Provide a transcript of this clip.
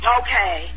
okay